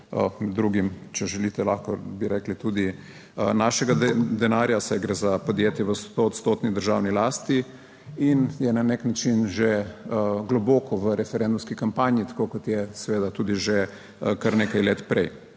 drugim, če želite, lahko bi rekli tudi našega denarja, saj gre za podjetje v stoodstotni državni lasti in je na nek način že globoko v referendumski kampanji, tako kot je seveda tudi že kar nekaj let prej.